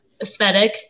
aesthetic